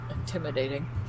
intimidating